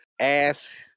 ask